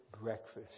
breakfast